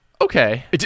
okay